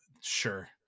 Sure